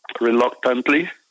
Reluctantly